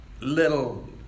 little